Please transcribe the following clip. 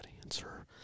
answer